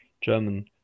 German